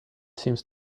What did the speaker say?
seems